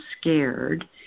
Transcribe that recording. scared